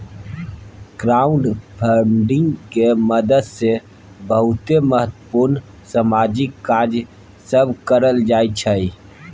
crowdfunding के मदद से बहुते महत्वपूर्ण सामाजिक कार्य सब करल जाइ छइ